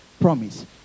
promise